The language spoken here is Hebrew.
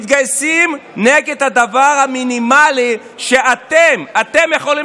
מתגייסים נגד הדבר המינימלי שאתם יכולים